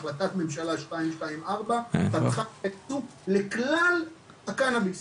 החלטת ממשלה 224 פתחה את הייצור לכלל מוצרי הקנאביס,